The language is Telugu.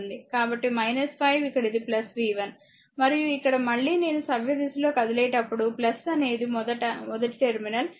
కాబట్టి 5 ఇక్కడ ఇది v 1 మరియు ఇక్కడ మళ్ళీ నేను సవ్యదిశలో కదిలేటప్పుడు అనేది మొదటి టెర్మినల్